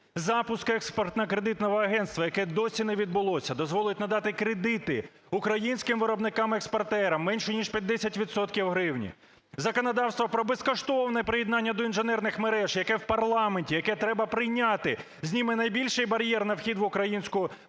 Запуск "Експортно-кредитного агентства", яке досі не відбулося, дозволить надати кредити українським виробникам-експортерам менше ніж під 10 відсотків в гривні. Законодавство про безкоштовне приєднання до інженерних мереж, яке в парламенті, яке треба прийняти, зніме найбільший бар'єр на вхід в українську промисловість